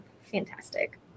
fantastic